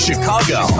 Chicago